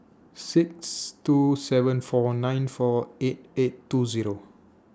six two seven four nine four eight eight two Zero